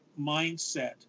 mindset